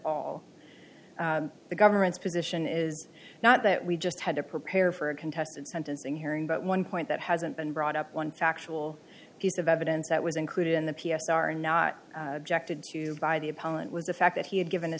all the government's position is not that we just had to prepare for a contested sentencing hearing but one point that hasn't been brought up one factual piece of evidence that was included in the p s are not objective to by the appellant was the fact that he had given a